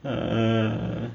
err